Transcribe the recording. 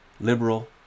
liberal